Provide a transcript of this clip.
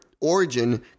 origin